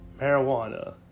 marijuana